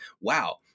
Wow